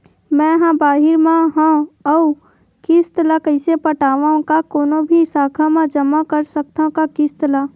मैं हा बाहिर मा हाव आऊ किस्त ला कइसे पटावव, का कोनो भी शाखा मा जमा कर सकथव का किस्त ला?